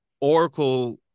Oracle